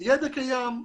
הידע קיים,